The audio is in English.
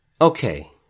Okay